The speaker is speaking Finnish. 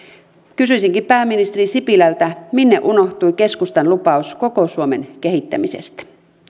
kysyisinkin pääministeri sipilältä minne unohtui keskustan lupaus koko suomen kehittämisestä